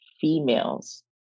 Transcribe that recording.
females